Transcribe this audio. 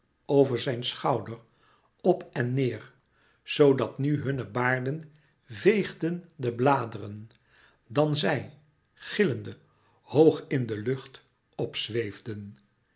over zijn schouder op en neêr zoo dat nù hunne baarden veegden de bladeren dan zij gillende hoog in de lucht p zweefden